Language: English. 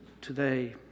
today